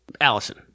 Allison